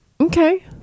Okay